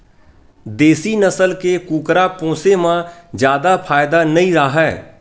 देसी नसल के कुकरा पोसे म जादा फायदा नइ राहय